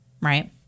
right